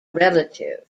relative